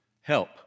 help